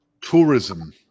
tourism